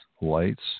lights